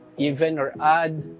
even or odd,